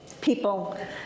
people